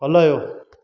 हलायो